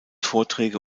vorträge